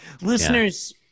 Listeners